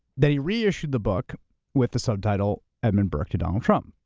they reissued the book with the subtitle edmund burke to donald trump,